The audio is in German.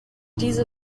diese